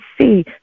see